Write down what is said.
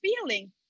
feeling